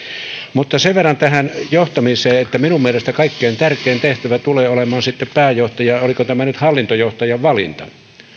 sen verran tähän johtamiseen että minun mielestäni kaikkein tärkein tehtävä tulee olemaan pääjohtajan ja oliko tämä nyt hallintojohtajan valinta